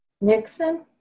Nixon